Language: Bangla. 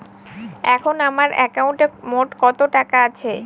এখন আমার একাউন্টে মোট কত টাকা আছে?